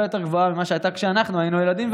יותר גבוהה ממה שהייתה כשאנחנו היינו ילדים,